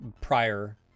prior